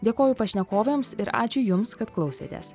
dėkoju pašnekovėms ir ačiū jums kad klausėtės